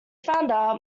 founder